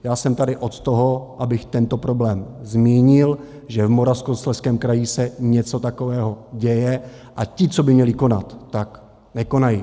Já jsem tady od toho, abych tento problém zmínil, že v Moravskoslezském kraji se něco takového děje, a ti, co by měli konat, tak nekonají.